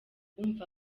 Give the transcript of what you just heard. umva